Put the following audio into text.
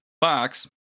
box